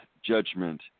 ...judgment